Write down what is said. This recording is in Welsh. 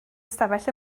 ystafell